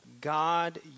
God